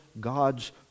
God's